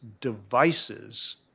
devices